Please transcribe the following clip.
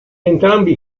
entrambi